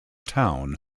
town